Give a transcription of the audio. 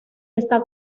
está